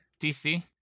DC